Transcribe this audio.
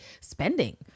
spending